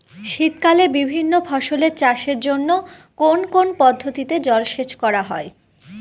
শীতকালে বিভিন্ন ফসলের চাষের জন্য কোন কোন পদ্ধতিতে জলসেচ করা হয়?